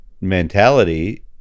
mentality